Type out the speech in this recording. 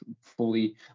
fully